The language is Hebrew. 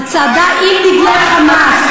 את הצעדה עם דגלי "חמאס".